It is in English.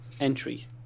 entry